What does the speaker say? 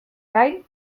gain